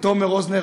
לתומר רוזנר,